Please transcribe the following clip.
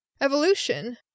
evolution